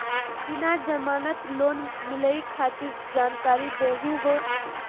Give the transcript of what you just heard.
बिना जमानत लोन मिलई खातिर जानकारी दहु हो?